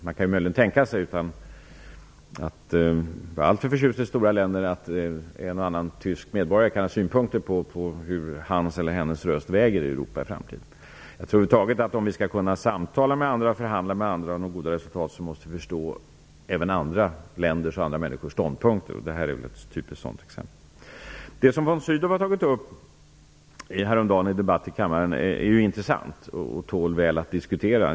Man kan möjligen tänka sig, utan att vara alltför förtjust i de stora länderna, att en och annan tysk medborgare kan ha synpunkter på hur hans eller hennes röst väger i Europa i framtiden. Om vi över huvud taget skall kunna samtala och förhandla med andra om de goda resultaten, måste vi förstå även andra länders och andra människors ståndpunkter. Det här är ett typiskt sådant exempel. Det som von Sydow tog upp häromdagen i en debatt i kammaren är intressant och tål väl att diskutera.